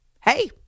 Hey